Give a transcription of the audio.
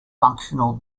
functional